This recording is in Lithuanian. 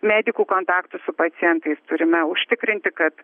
medikų kontaktus su pacientais turime užtikrinti kad